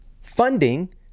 funding